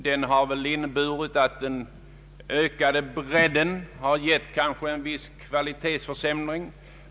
Den har väl inneburit att den ökade bredden givit en viss kvalitetsförsämring.